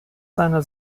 seiner